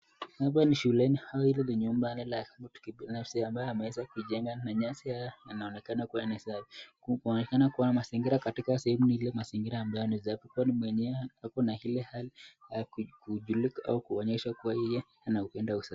Hapa ni shuleni, au hili ni nyumbani la mtu kibinafsi ambayo ameweza kuijenga na nyasi yanaonekana kuwa ni safi kuonekana kuwa mazingira katika sehemu hili mazingira ambayo ni safi kwani mwenyewe akona ile hali ya kujulika au kuonyesha kuwa yeye anapenda usafi.